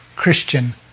Christian